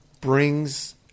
brings